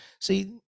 see